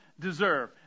deserve